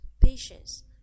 patience